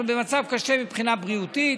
אנחנו במצב קשה מבחינה בריאותית,